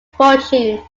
fortune